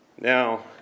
Now